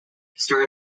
story